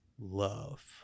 love